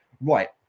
right